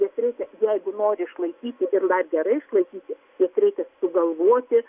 jas reikia jeigu nori išlaikyti ir gerai išlaikyti jas reikia sugalvoti